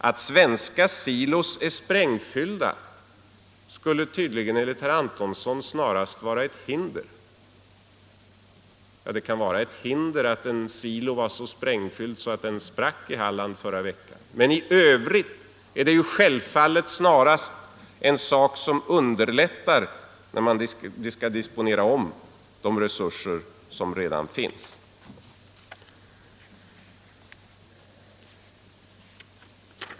Att svenska silon är sprängfyllda skulle tydligen, enligt herr Antonsson, snarast vara ett hinder. Det kan vara ett hinder att en silo var så sprängfylld att den sprack i Halland förra veckan, men i övrigt är det självfallet närmast en sak som underlättar när man skall disponera om de resurser som redan finns.